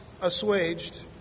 assuaged